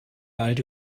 alte